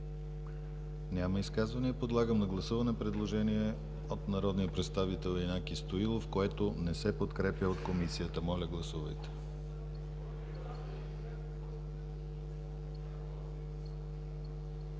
Няма. Подлагам на гласуване предложение от народния представител Янаки Стоилов, което не се подкрепя от Комисията. Моля, гласувайте.